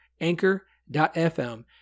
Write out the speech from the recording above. anchor.fm